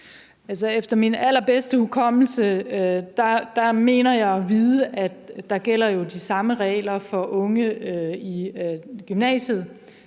efter min allerbedste hukommelse mener jeg at huske, at der jo gælder de samme regler for unge i gymnasiet